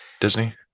Disney